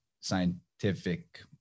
scientific